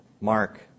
Mark